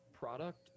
product